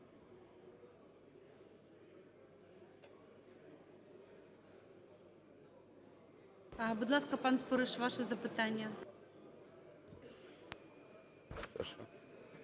Будь ласка, пан Спориш, ваше запитання.